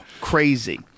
Crazy